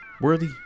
worthy